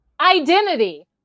identity